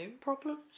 problems